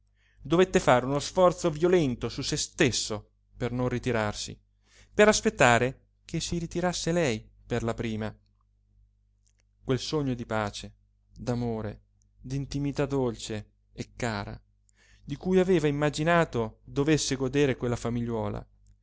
dovette fare uno sforzo violento su se stesso per non ritirarsi per aspettare che si ritirasse lei per la prima quel sogno di pace d'amore d'intimità dolce e cara di cui aveva immaginato dovesse godere quella famigliuola